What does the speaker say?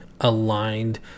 aligned